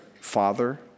father